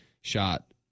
shot